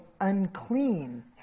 unclean